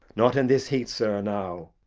not in this heat, sir, now.